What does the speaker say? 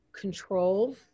control